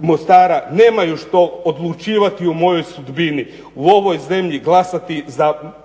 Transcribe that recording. Mostara nemaju što odlučivati o mojoj sudbini, u ovoj zemlji glasati za mog